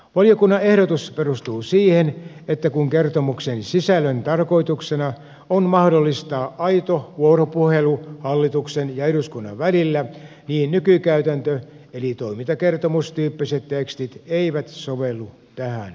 valiokunnan ehdotus perustuu siihen että kun kertomuksen sisällön tarkoituksena on mahdollistaa aito vuoropuhelu hallituksen ja eduskunnan välillä niin nykykäytäntö eli toimintakertomustyyppiset tekstit ei sovellu tähän tarkoitukseen